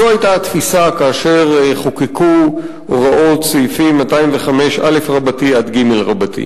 זו היתה התפיסה כאשר חוקקו הוראות סעיפים 205א 205ג רבתי.